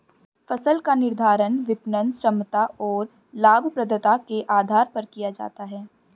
फसल का निर्धारण विपणन क्षमता और लाभप्रदता के आधार पर किया जाता है